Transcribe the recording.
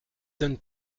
donne